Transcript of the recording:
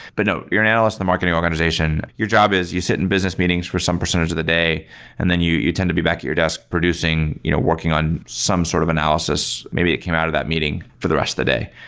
but ah you're an analyst in the marketing organization. your job is you sit in business meetings for some percentage of the day and then you you tend to be back at your desk producing you know working on some sort of analysis. maybe it came out of that meeting for the rest of the day.